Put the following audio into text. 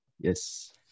Yes